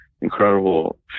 incredible